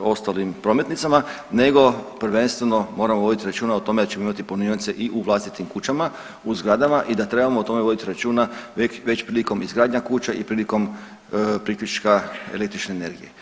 ostalim prometnicama nego prvenstveno moramo voditi računa o tome da ćemo imati punionice i u vlastitim kućama, u zgradama i da trebamo o tome voditi računa već prilikom izgradnja kuća i prilikom priključka električne energije.